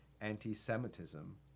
anti-Semitism